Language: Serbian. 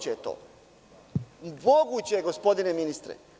To je moguće gospodine ministre.